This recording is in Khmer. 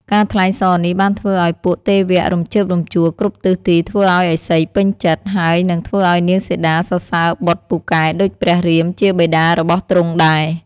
ការថ្លែងសរនេះបានធ្វើឱ្យពួកទេវៈរំជើបរំជួលគ្រប់ទិសទីធ្វើឱ្យឥសីពេញចិត្ត ហើយនិងធ្វើឱ្យនាងសីតាសរសើរបុត្រពូកែដូចព្រះរាមជាបិតារបស់ទ្រង់ដែរ។